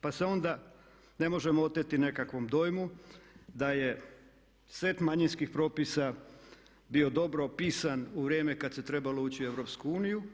Pa se onda ne možemo oteti nekakvom dojmu da je set manjinskih propisa bio dobro opisan u vrijeme kada se trebalo ući u Europsku uniju.